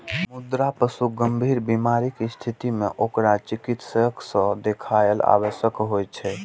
मुदा पशुक गंभीर बीमारीक स्थिति मे ओकरा चिकित्सक सं देखाएब आवश्यक होइ छै